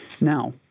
Now